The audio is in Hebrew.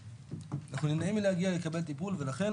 אנחנו נמנעים מלהגיע לקבל טיפול, ולכן